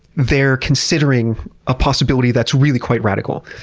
their considering a possibility that's really quite radical.